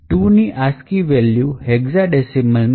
૨ ની ascii value hexadecimal માં 32 છે